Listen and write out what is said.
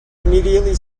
immediately